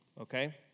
Okay